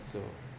also